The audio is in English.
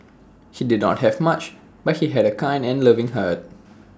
he did not have much but he had A kind and loving heart